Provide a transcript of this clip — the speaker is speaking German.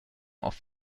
auf